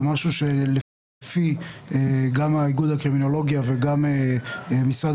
זה משהו שלפי גם איגוד הקרימינולוגיה וגם משרד